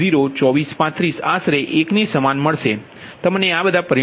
0 સમાન આ પરિણામ મળશે